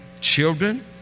children